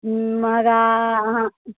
महगा अहाँ